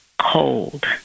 cold